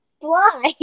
fly